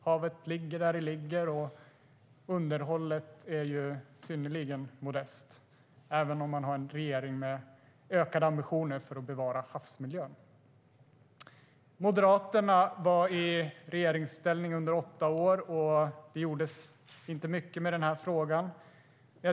Havet ligger där det ligger, och underhållet är synnerligen modest - även om vi har en regering med ökade ambitioner för att bevara havsmiljön. Moderaterna var i regeringsställning under åtta år, och det gjordes inte mycket i den här frågan.